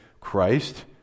Christ